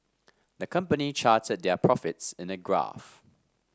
the company charted their profits in a graph